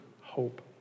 hope